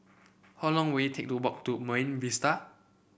how long will it take to walk to Marine Vista